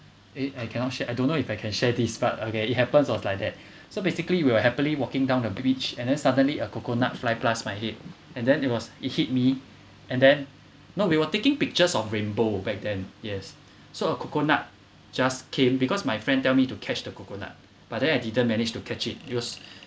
eh I cannot share I don't know if I can share this part okay it happened was like that so basically we were happily walking down the beach and then suddenly a coconut fly past my head and then it was it hit me and then no we were taking pictures of rainbow back then yes so a coconut just came because my friend tell me to catch the coconut but then I didn't manage to catch it it was